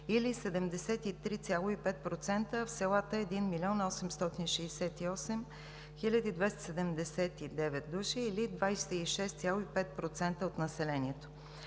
или 73,5%, а в селата – 1 868 279 души, или 26,5% от населението